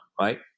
right